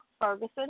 Ferguson